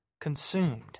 consumed